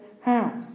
house